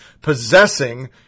possessing